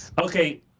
Okay